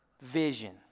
vision